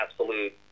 absolute